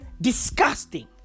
Disgusting